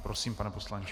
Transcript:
Prosím, pane poslanče.